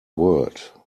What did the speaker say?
world